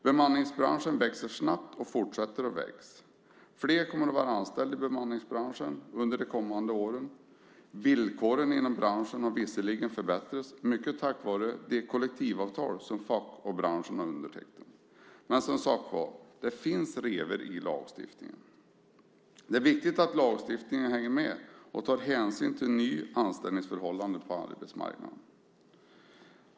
Bemanningsbranschen växer snabbt, och den fortsätter att växa. Fler kommer att vara anställda i bemanningsbranschen under de kommande åren. Villkoren inom branschen har visserligen förbättrats, mycket tack vare det kollektivavtal som facket och branschen undertecknat, men det finns, som sagt, revor i lagstiftningen. Det är viktigt att lagstiftningen hänger med och tar hänsyn till nya anställningsförhållanden på arbetsmarknaden.